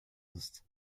ist